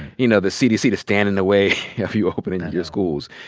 you know, the cdc to stand in the way of reopening your schools.